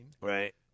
right